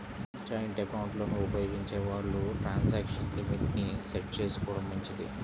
joint ఎకౌంట్లను ఉపయోగించే వాళ్ళు ట్రాన్సాక్షన్ లిమిట్ ని సెట్ చేసుకోడం మంచిది